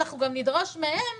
אנחנו גם נדרוש מהם